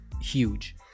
huge